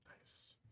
Nice